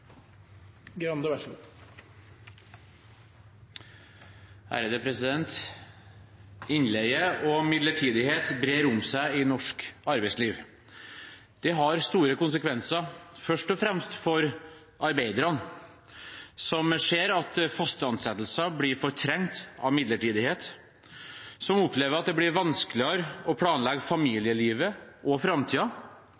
Innleie og midlertidighet brer om seg i norsk arbeidsliv. Det har store konsekvenser, først og fremst for arbeiderne, som ser at faste ansettelser blir fortrengt av midlertidighet, og som opplever at det blir vanskeligere å planlegge